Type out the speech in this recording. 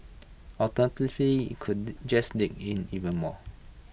alternatively IT could just dig in even more